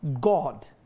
God